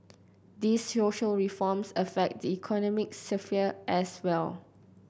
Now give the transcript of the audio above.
these social reforms affect the economic sphere as well